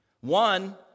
One